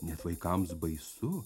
net vaikams baisu